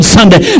Sunday